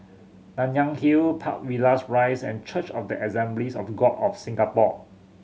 Nanyang Hill Park Villas Rise and Church of the Assemblies of God of Singapore